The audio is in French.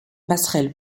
passerelle